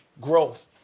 growth